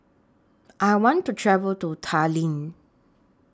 I want to travel to Tallinn